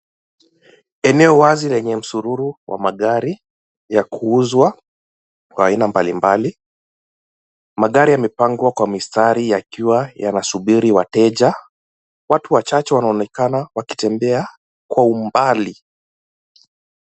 Eneo wazi lenye msururu, wa magari, ya kuuzwa, wa aina mbalimbali. Magari yamepangwa kwa mistari, yakiwa yanasubiri wateja, watu wachache wanaonekana, wakitembea kwa umbali.